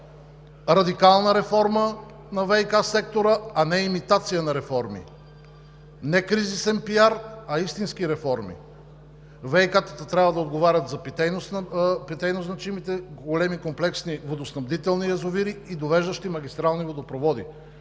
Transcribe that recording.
радикална реформа на ВиК сектора, а не имитация на реформи, не кризисен пиар, а истински реформи! ВиК-тата трябва да отговарят за питейно значимите, големи, комплексни водоснабдителни язовири и довеждащи магистрални водопроводи